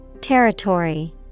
Territory